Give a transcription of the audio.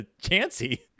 chancy